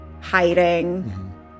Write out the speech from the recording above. hiding